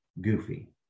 goofy